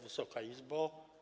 Wysoka Izbo!